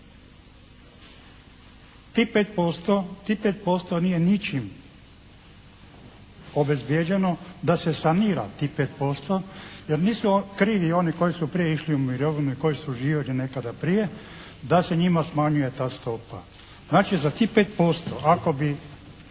Tih 5% nije ničim obezbijeđeno da se sanira tih 5% jer nisu krivi oni koji su prije išli u mirovinu i koji su živjeli nekada prije, da se njima smanjuje ta stopa. Znači za tih 5% ako bi